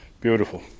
Beautiful